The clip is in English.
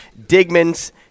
Digman's